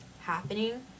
happening